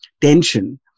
tension